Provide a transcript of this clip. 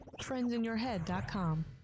Trendsinyourhead.com